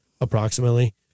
approximately